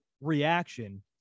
reaction